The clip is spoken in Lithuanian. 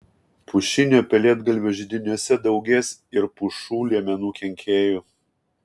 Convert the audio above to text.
pušinio pelėdgalvio židiniuose daugės ir pušų liemenų kenkėjų